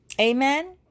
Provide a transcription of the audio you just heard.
Amen